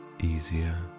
easier